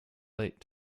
late